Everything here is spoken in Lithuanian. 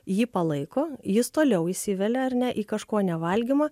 jį palaiko jis toliau įsivelia ar ne į kažko nevalgymą